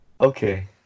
Okay